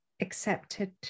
accepted